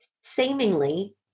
seemingly